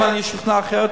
אם אני אשוכנע אחרת,